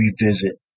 revisit